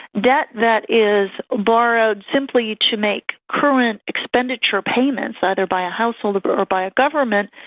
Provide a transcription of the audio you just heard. debt that is borrowed simply to make current expenditure payments, either by a householder but or by a government,